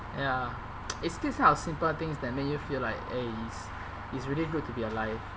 ya it's this kind of simple things that make you feel like eh it's it's really good to be alive